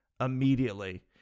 immediately